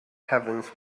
heavens